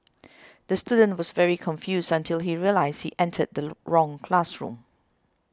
the student was very confused until he realised he entered the wrong classroom